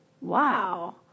wow